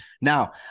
now